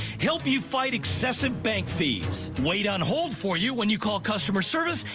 help you fight excessive bank fees, wait on hold for you when you call customer service,